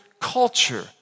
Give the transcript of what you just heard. culture